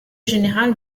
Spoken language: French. générale